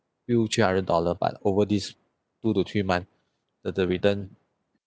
few three hundred dollar but over these two to three months the the return